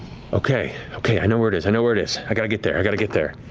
okay. okay, i know where it is. i know where it is. i got to get there, i got to get there.